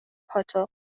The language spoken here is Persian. پاتق